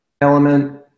element